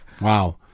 Wow